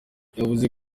yavuze